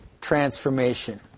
transformation